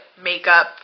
makeup